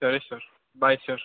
సరే sir bye sir